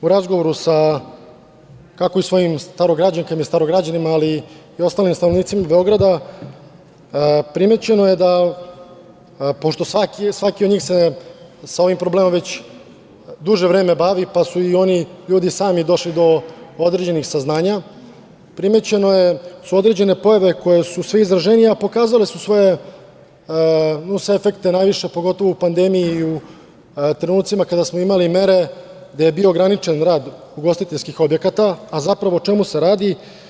U razgovoru sa, kako svojim starograđankama i starograđanima, ali i ostalim stanovnicima Beograda, primećeno je da, pošto svaki od njih se sa ovim problemom već duže vreme bavi, pa su i oni ljudi sami došli do određenih saznanja, primećeno je da su određene pojave koje su sve izraženije, a pokazale su svoje efekte, a pogotovo najviše u pandemiji i u trenucima kada smo imali mere gde je bio ograničen rad ugostiteljskih objekata, a zapravo o čemu se radi.